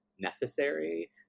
necessary